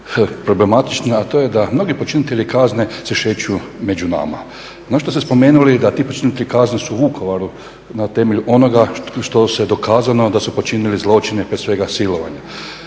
problematična, a to je da mnogi počinitelji kazne se šeću među nama. Na što ste spomenuli da … kazne su u Vukovaru na temelju onoga što se dokazano da su počinili zločine, prije svega silovanja.